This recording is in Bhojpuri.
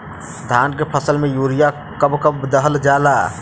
धान के फसल में यूरिया कब कब दहल जाला?